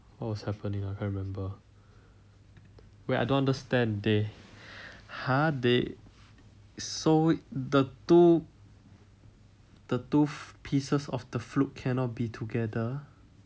what was happening ah I can't remember wait I don't understand they !huh! they so the two the two pieces of the flute cannot be together